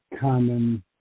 common